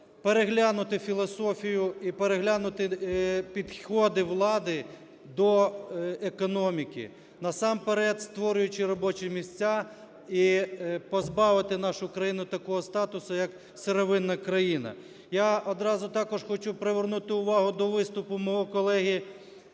переглянути філософію і переглянути підходи влади до економіки, насамперед створюючи робочі місця. І позбавити нашу країну такого статусу як сировинна країна. Я одразу також хочу привернути увагу до виступу мого колеги